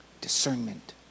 discernment